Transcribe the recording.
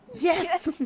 Yes